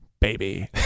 baby